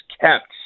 kept